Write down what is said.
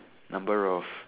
number of